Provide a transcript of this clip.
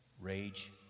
rage